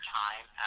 time